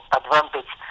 advantage